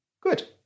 Good